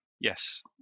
Yes